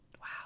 Wow